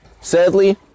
sadly